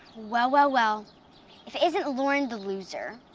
well, well, well. if it isn't lauren the loser.